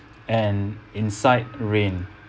and incite rain